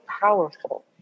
powerful